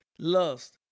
Lust